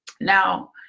Now